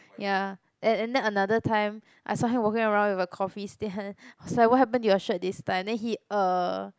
ya and and then another time I saw him walking around with a coffee stain I was like what happen to your shirt this time then he err